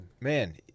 man